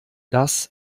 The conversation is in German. das